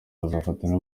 bazafatanya